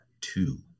two